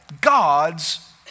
God's